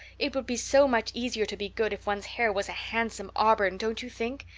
it would be so much easier to be good if one's hair was a handsome auburn, don't you think?